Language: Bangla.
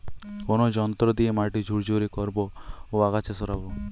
কোন যন্ত্র দিয়ে মাটি ঝুরঝুরে করব ও আগাছা সরাবো?